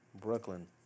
Brooklyn